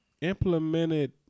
implemented